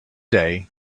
day